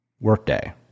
workday